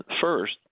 First